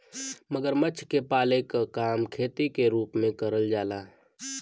मगरमच्छ के पाले क काम खेती के रूप में करल जाला